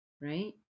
right